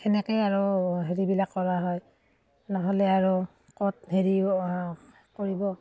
সেনেকৈয়ে আৰু হেৰিবিলাক কৰা হয় নহ'লে আৰু ক'ত হেৰি কৰিব